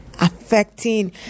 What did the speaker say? affecting